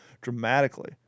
dramatically